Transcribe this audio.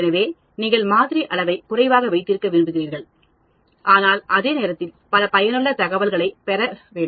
எனவே நீங்கள் மாதிரி அளவைக் குறைவாக வைத்திருக்க விரும்புகிறீர்கள் ஆனால் அதே நேரத்தில் பல பயனுள்ள தகவல்களைப் பெறவேண்டும்